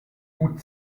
hut